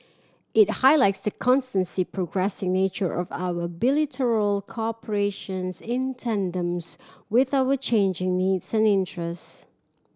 it highlights the progressing nature of our bilateral cooperation in tandems with our changing needs and interest